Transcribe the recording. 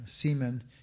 semen